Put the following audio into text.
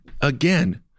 again